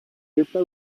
esta